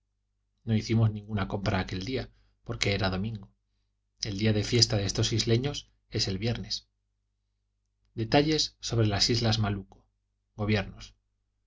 no hicimos ninguna compra aquel día porque era domingo el día de fiesta de estos isleños es el viernes detalles sobre las islas malucco gobiernos